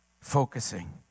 Focusing